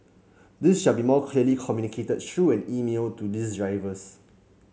this shall be clearly communicated through an email to these drivers